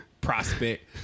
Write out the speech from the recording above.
prospect